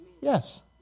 Yes